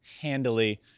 handily